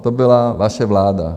To byla vaše vláda.